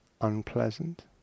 unpleasant